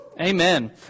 Amen